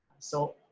so,